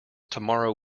tomorrow